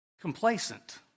complacent